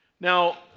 Now